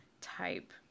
type